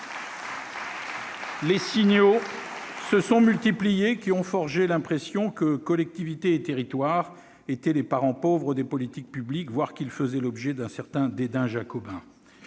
les signaux se sont multipliés, qui ont forgé l'impression que collectivités et territoires étaient les parents pauvres des politiques publiques, voire qu'ils faisaient l'objet d'un certain dédain jacobin.